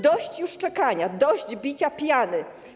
Dość już czekania, dość bicia piany.